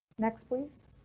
next please.